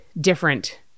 different